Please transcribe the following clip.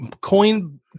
coin